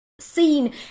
Seen